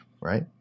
right